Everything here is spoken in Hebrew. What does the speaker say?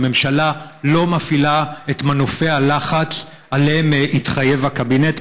הממשלה לא מפעילה את מנופי הלחץ שעליהם התחייב הקבינט,